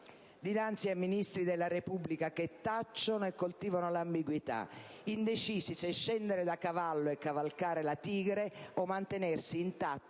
dinanzi a Ministri della Repubblica che tacciono e coltivano l'ambiguità, indecisi se scendere da cavallo e cavalcare la tigre o mantenersi intanto